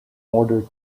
order